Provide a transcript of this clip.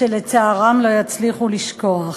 שלצערם לא יצליחו לשכוח.